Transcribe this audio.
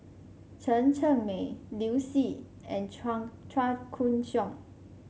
Chen Cheng Mei Liu Si and Chua Koon Siong